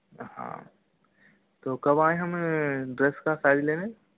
हाँ तो कब आएं हम ड्रेस का साइज लेने